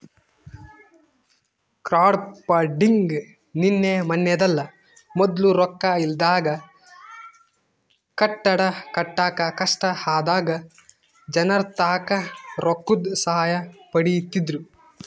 crowdfunding ನಿನ್ನೆ ಮನ್ನೆದಲ್ಲ, ಮೊದ್ಲು ರೊಕ್ಕ ಇಲ್ದಾಗ ಕಟ್ಟಡ ಕಟ್ಟಾಕ ಕಷ್ಟ ಆದಾಗ ಜನರ್ತಾಕ ರೊಕ್ಕುದ್ ಸಹಾಯ ಪಡೀತಿದ್ರು